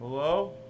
hello